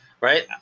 right